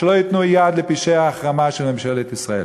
שלא ייתן יד לפשעי ההחרמה של ממשלת ישראל.